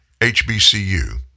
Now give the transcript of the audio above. HBCU